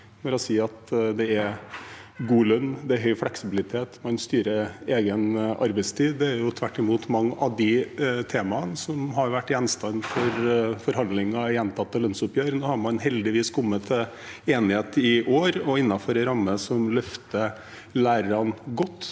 det er god lønn, høy fleksibilitet, og at man styrer egen arbeidstid. Det er tvert imot mange av de temaene som har vært gjenstand for forhandlinger i gjentatte lønnsoppgjør. Nå har man heldigvis kommet til enighet i år og innenfor en ramme som løfter lærerne godt.